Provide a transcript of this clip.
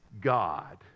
God